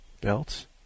belts